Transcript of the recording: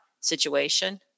situation